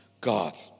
God